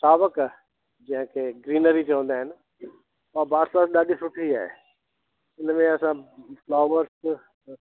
सावक जंहिंखे ग्रीनरी चवंदा आहिनि ऐं बासवर ॾाढी सुठी आहे हिनमें असां बावर्च